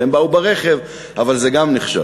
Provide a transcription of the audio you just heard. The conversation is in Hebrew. הם באו ברכב, אבל זה גם נחשב.